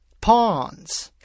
pawns